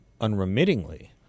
unremittingly